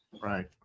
Right